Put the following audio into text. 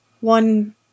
One